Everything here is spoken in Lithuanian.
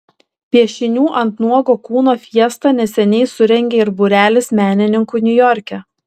piešinių ant nuogo kūno fiestą neseniai surengė ir būrelis menininkų niujorke